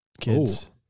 kids